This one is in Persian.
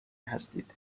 هستید